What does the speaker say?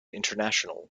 international